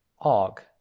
Og